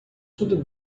tudo